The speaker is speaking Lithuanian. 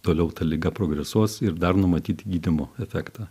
toliau ta liga progresuos ir dar numatyti gydymo efektą